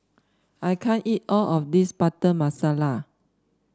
I can't eat all of this Butter Masala